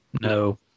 No